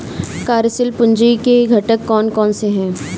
कार्यशील पूंजी के घटक कौन कौन से हैं?